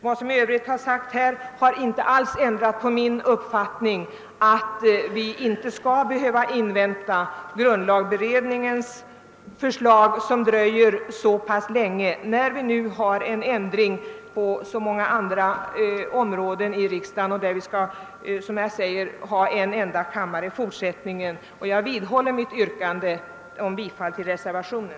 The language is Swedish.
Vad som i Övrigt sagts här har inte alls ändrat min uppfattning att vi inte skall behöva invänta grundlagberedningens förslag, som dröjer så pass länge. Vi ändrar ju på så många andra områden av riksdagsarbetet i samband med att vi skall ha en enda kammare. Jag vidhåller mitt yrkande om bifall till reservationen.